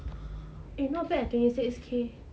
eh not bad twenty six K